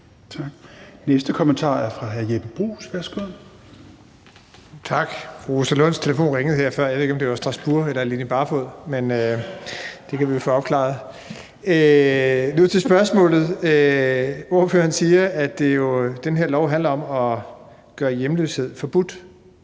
Værsgo. Kl. 16:11 Jeppe Bruus (S): Tak. Fru Rosa Lunds telefonen ringede før – jeg ved ikke, om det var Strasbourg eller Line Barfod, men det kan vi jo få afklaret. Nu til spørgsmålet. Ordføreren siger, at den her lov handler om at gøre hjemløshed forbudt.